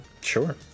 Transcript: Sure